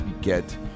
get